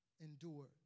endure